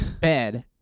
bed